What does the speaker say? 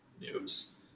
news